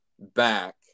back